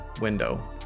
window